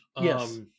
Yes